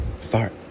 Start